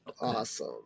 Awesome